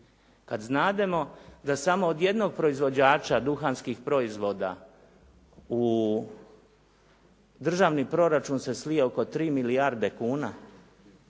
Kada znademo da samo od jednog proizvođača duhanskih proizvoda u državni proračun slio oko 3 milijarde kuna.